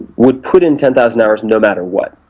would put in ten thousand hours, no matter what,